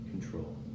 control